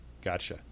Gotcha